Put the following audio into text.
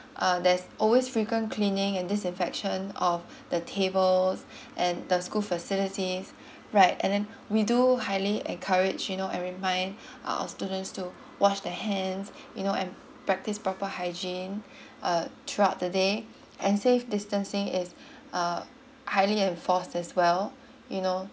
uh there's always you frequent cleaning and disinfection of the tables and the school facilities right and then we do highly encourage you know and remind our students to wash their hands you know and practice proper hygiene uh throughout the day and safe distancing is uh highly enforced as well you know